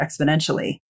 exponentially